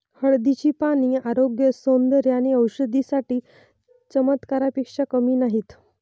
हळदीची पाने आरोग्य, सौंदर्य आणि औषधी साठी चमत्कारापेक्षा कमी नाहीत